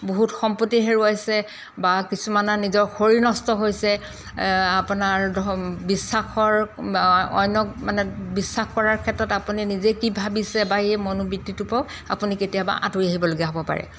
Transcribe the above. বহুত সম্পত্তি হেৰুৱাইছে বা কিছুমানে নিজৰ শৰীৰ নষ্ট হৈছে আপোনাৰ বিশ্বাসৰ অন্য মানে বিশ্বাস কৰাৰ ক্ষেত্ৰত আপুনি নিজে কি ভাবিছে বা এই মনোবৃত্তিটোৰ পৰাও আপুনি কেতিয়াবা আঁতৰি আহিবলগীয়া হ'ব পাৰে